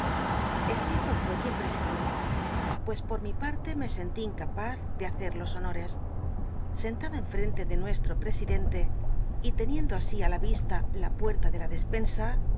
fué juienlll csidió pues por mi parte me sentí incapaz de haccj ios honores sentado enfrente de nuestro iwcsidenl c y teniendo así í la vista la puerta de la despensa